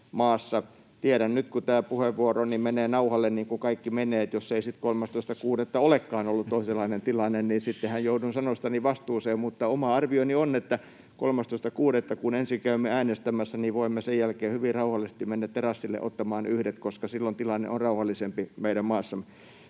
Tiedän nyt — kun tämä puheenvuoroni menee nauhalle niin kuin kaikki menee — että jos ei sitten 13.6. olekaan ollut toisenlainen tilanne, niin sittenhän joudun sanoistani vastuuseen. Mutta oma arvioni on, että 13.6., kun ensin käymme äänestämässä, voimme sen jälkeen hyvin rauhallisesti mennä terassille ottamaan yhdet, koska silloin tilanne on rauhallisempi meidän maassamme.